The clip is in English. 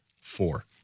four